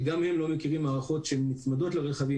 וגם הם לא מכירים מערכות שנצמדות לרכבים